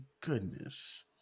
goodness